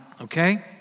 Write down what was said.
okay